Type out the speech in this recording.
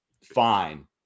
fine